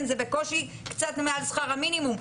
זה בקושי קצת מעל שכר המינימום,